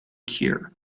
cure